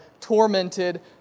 tormented